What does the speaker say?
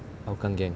hougang gang